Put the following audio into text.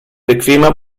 bequemer